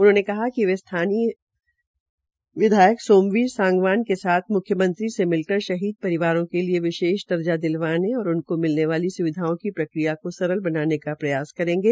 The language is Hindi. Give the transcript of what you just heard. उन्होंने कहा कि वे स्थानीय विधायक सोमवीर सांगवान के साथ म्ख्यमंत्री से मिलकर शहीद परिवारों के लिए विशेष दर्जा दिलवाने और उनको मिलने वाली सुविधा की प्रक्रिया को सरल बनाने का प्रयास करेंगे